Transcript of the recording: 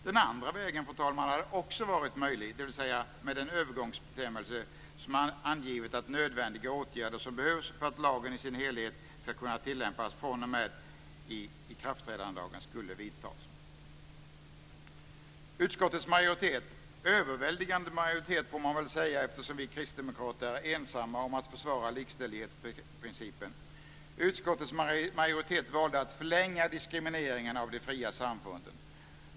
Den andra vägen, fru talman, hade också varit möjlig, dvs. med en övergångsbestämmelse som angivit att nödvändiga åtgärder som behövs för att lagen i sin helhet ska kunna tillämpas fr.o.m. ikraftträdandedagen skulle vidtas. Utskottets majoritet - överväldigande majoritet får man väl säga eftersom vi kristdemokrater är ensamma om att försvara likställighetsprincipen - valde att förlänga diskrimineringen av de fria samfunden.